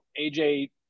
AJ